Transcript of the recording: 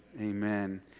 Amen